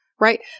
right